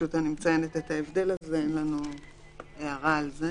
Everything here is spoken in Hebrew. פשוט מציינת את ההבדל הזה, אין לנו הערה על זה.